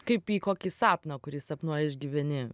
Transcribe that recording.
kaip į kokį sapną kurį sapnuoji išgyveni